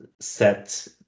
set